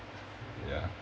ya